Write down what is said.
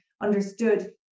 understood